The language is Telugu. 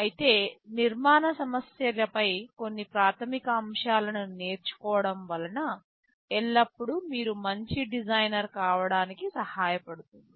అయితే నిర్మాణ సమస్యలపై కొన్ని ప్రాథమిక అంశాలను నేర్చుకోవడం వలన ఎల్లప్పుడూ మీరు మంచి డిజైనర్ కావడానికి సహాయపడుతుంది